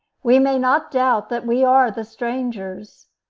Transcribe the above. we may not doubt that we are the strangers.